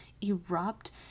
erupt